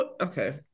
Okay